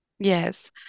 Yes